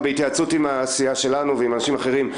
גם בהתייעצות הסיעה שלנו ועם אנשים אחרים.